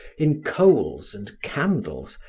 in coals and candles,